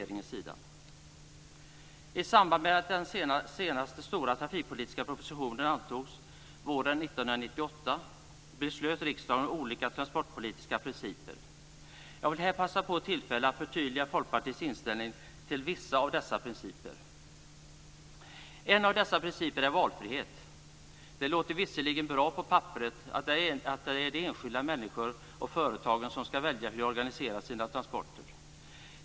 I samband med att den senaste stora trafikpolitiska propositionen antogs våren 1998 beslutade riksdagen om olika transportpolitiska principer. Jag vill här passa på tillfället att förtydliga Folkpartiets inställning till vissa av dessa principer. En av dessa principer är valfrihet. Det låter visserligen bra på papperet att det är de enskilda människorna och företagen som ska välja hur de organiserar sina transporter.